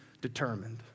determined